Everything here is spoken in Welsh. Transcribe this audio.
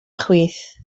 chwith